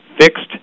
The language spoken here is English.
fixed